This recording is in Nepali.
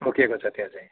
तोकेको छ त्यहाँ चाहिँ